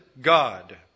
God